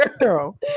girl